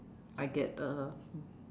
I get uh